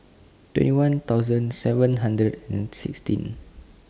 twenty one thousand seven hundred and sixteen